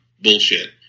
bullshit